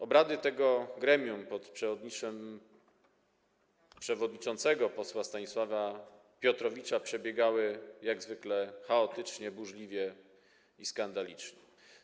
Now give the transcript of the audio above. Obrady tego gremium pod przewodnictwem przewodniczącego posła Stanisława Piotrowicza przebiegały jak zwykle chaotycznie, burzliwie i skandalicznie.